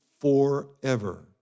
forever